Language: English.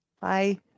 Bye